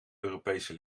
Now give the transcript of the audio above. europese